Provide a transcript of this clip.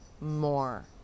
more